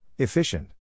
Efficient